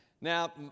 Now